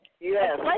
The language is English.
Yes